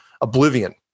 Oblivion